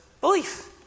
belief